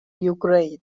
ukraine